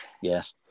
yes